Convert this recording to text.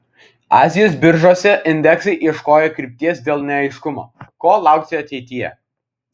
azijos biržose indeksai ieškojo krypties dėl neaiškumo ko laukti ateityje